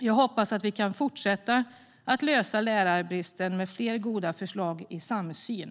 Jag hoppas att vi kan fortsätta lösa lärarbristen med fler goda förslag i samsyn.